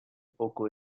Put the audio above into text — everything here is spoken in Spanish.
poco